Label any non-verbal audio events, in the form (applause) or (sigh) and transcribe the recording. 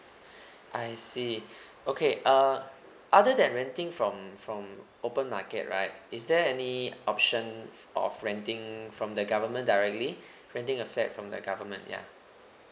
(breath) I see (breath) okay uh other than renting from from open right is there any option of renting from the government directly renting a flat from the government yeah